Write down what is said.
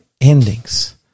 endings